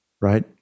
Right